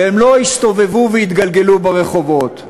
והם לא יסתובבו ויתגלגלו ברחובות.